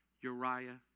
Uriah